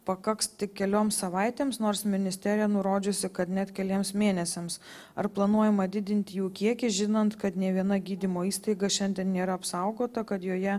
pakaks tik kelioms savaitėms nors ministerija nurodžiusi kad net keliems mėnesiams ar planuojama didinti jų kiekį žinant kad nė viena gydymo įstaiga šiandien nėra apsaugota kad joje